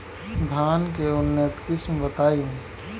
धान के उन्नत किस्म बताई?